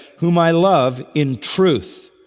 whom i love in truth,